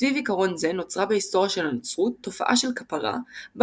סביב עיקרון זה נוצרה בהיסטוריה של הנצרות תופעה של כפרה בה